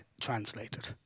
translated